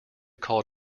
call